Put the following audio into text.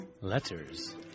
letters